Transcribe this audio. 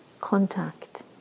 contact